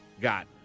got